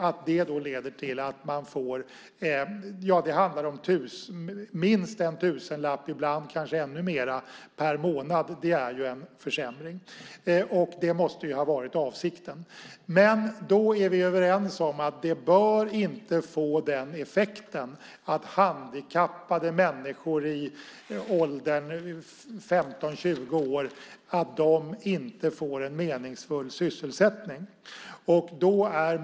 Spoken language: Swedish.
Att detta leder till att man får minst en tusenlapp mindre per månad är ju en försämring. Det måste ha varit avsikten. Vi är överens om att det inte bör få den effekten att handikappade människor i åldern 15-20 år inte får en meningsfull sysselsättning.